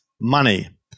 money